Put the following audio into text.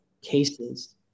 cases